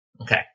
Okay